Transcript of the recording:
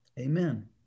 Amen